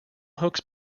hooks